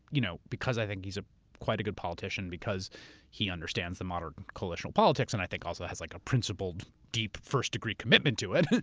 you know because i think he's a quite a good politician because he understands the moderate coalitional politics and i think also has like a principled, deep first degree commitment to it.